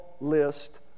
list